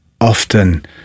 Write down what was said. often